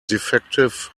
defective